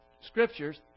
Scriptures